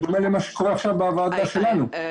בדומה למה שקורה עכשיו בוועדה שלנו.